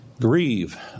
grieve